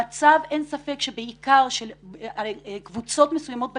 המצב של קבוצות מסוימות בקהילה,